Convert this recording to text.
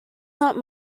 not